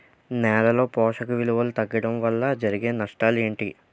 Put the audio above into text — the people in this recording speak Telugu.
నేలలో పోషక విలువలు తగ్గడం వల్ల జరిగే నష్టాలేంటి?